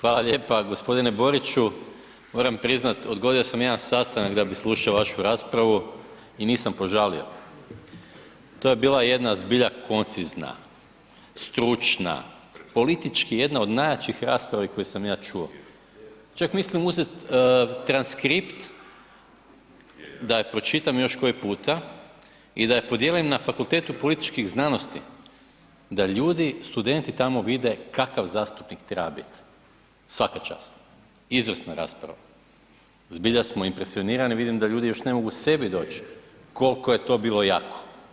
Hvala lijepa. g. Boriću, moram priznat odgodio sam jedan sastanak da bi slušao vašu raspravu i nisam požalio, to je bila jedna zbilja koncizna, stručna, politički jedna od najjačih rasprava koju sam ja čuo, čak mislim uzet transkript da je pročitam još koji puta i da je podijelim na Fakultetu političkih znanosti, da ljudi, studenti tamo vide kakav zastupnik treba bit, svaka čast, izvrsna rasprava, zbilja smo impresionirani, vidim da ljudi još ne mogu sebi doć kolko je to bilo jako.